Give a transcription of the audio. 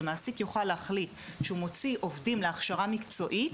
שמעסיק יוכל להחליט שהוא מוציא עובדים להכשרה מקצועית,